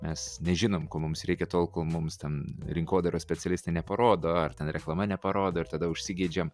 mes nežinom ko mums reikia tol kol mums ten rinkodaros specialistai neparodo ar ten reklama neparodo ir tada užsigeidžiam